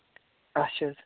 اَچھا حظ